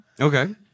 Okay